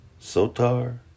Sotar